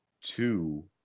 Two